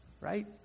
right